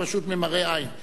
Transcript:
פשוט ממראה עין.